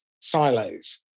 silos